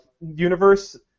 universe